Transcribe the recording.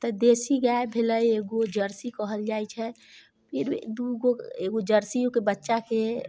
तऽ देशी गाए भेलै एगो जर्सी कहल जाइत छै फेर दूगो एगो जर्सियोके बच्चाके